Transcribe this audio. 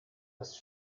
dass